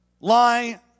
lie